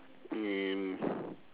and